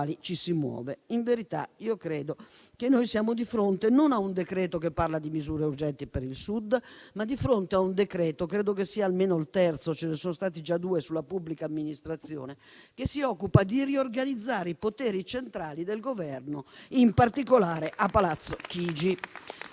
ci si muove. Credo, in verità, che noi siamo di fronte non a un decreto-legge recante misure urgenti per il Sud, ma a un decreto-legge - credo che sia almeno il terzo, ce ne sono stati già due sulla pubblica amministrazione - che si occupa di riorganizzare i poteri centrali del Governo, in particolare a Palazzo Chigi